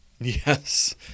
Yes